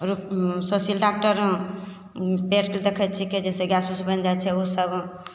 Sushil doctor पेटके देखै छिकै जइसे गैस उस बनि जाइ छै ओसब